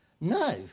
no